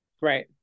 Right